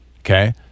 okay